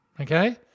Okay